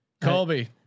Colby